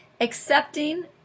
Accepting